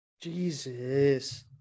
Jesus